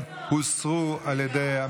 מיקי לוי,